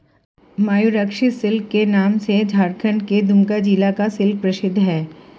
Mayurakshi silk के नाम से झारखण्ड के दुमका जिला का सिल्क प्रसिद्ध है